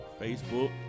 Facebook